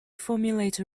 formulate